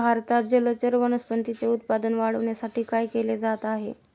भारतात जलचर वनस्पतींचे उत्पादन वाढविण्यासाठी काय केले जात आहे?